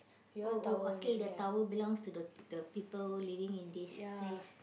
oh oh okay the towel belongs to the the people living in this place